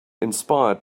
inspired